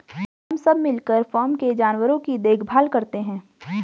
हम सब मिलकर फॉर्म के जानवरों की देखभाल करते हैं